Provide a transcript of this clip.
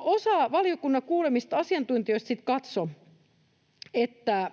osa valiokunnan kuulemista asiantuntijoista sitten katsoi, että